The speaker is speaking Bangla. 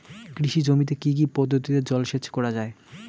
কৃষি জমিতে কি কি পদ্ধতিতে জলসেচ করা য়ায়?